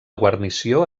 guarnició